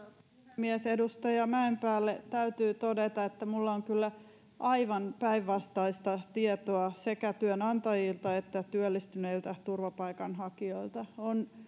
puhemies edustaja mäenpäälle täytyy todeta että minulla on kyllä aivan päinvastaista tietoa sekä työnantajilta että työllistyneiltä turvapaikanhakijoilta olen ainakin